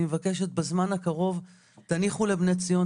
אני מבקשת בזמן הקרוב תניחו ל- "בני ציון".